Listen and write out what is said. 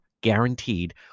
guaranteed